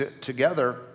together